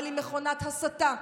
אבל עם מכונת הסתה,